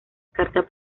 carta